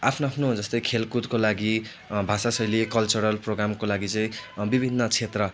आफ्नो आफ्नो जस्तै खेलकुदको लागि भाषाशैली कल्चरल प्रोग्रामको लागि चाहिँ विभिन्न क्षेत्र